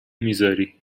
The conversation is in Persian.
میذاری